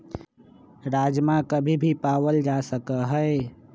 राजमा कभी भी पावल जा सका हई